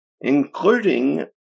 including